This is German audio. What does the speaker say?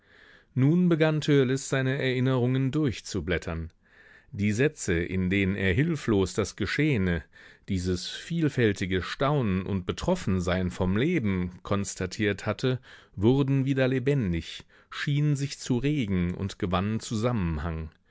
nun begann törleß seine erinnerungen durchzublättern die sätze in denen er hilflos das geschehene dieses vielfältige staunen und betroffensein vom leben konstatiert hatte wurden wieder lebendig schienen sich zu regen und gewannen zusammenhang